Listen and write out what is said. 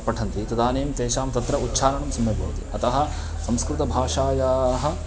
पठन्ति तदानीं तेषां तत्र उच्चारणं सम्यक् भवति अतः संस्कृतभाषायाः